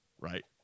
right